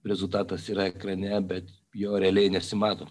rezultatas yra ekrane bet jo realiai nesimato